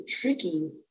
tricky